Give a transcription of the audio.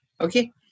okay